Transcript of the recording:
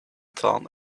town